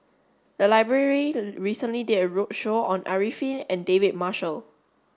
the library recently did a roadshow on Arifin and David Marshall